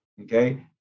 Okay